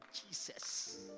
Jesus